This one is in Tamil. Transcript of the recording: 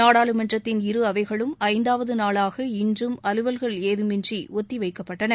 நாடாளுமன்றத்தின் இருஅவைகளும் ஐந்தாவது நாளாக இன்றும் அலுவல்கள் ஏதமின்றி ஒத்திவைக்கப்பட்டன